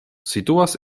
situas